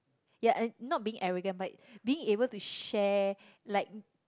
yeah and not being arrogant but being able to share like